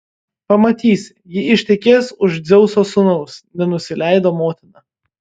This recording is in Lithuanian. pamatysi ji ištekės už dzeuso sūnaus nenusileido motina